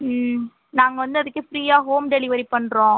ம் நாங்கள் வந்து அதுக்கு ஃப்ரீயாக ஹோம் டெலிவரி பண்ணுறோம்